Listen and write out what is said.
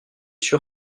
sûr